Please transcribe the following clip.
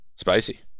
Spicy